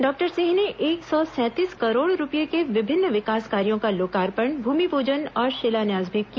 doctor Singh ने एक सौ सैंतीस करोड़ रूपये के विभिन्न विकास कार्यो का लोकार्पण भूमिपूजन और शिलान्यास भी किया